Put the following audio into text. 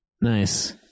Nice